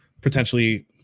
potentially